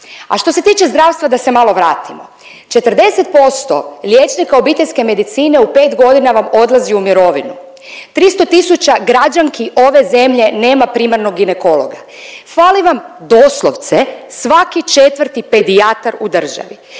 A što se tiče zdravstva da se malo vratimo. 40% liječnika obiteljske medicine u 5 godina vam odlazi u mirovinu, 300 tisuća građanki ove zemlje nema primarnog ginekologa, fali vam doslovce svaki 4. pedijatar u državi.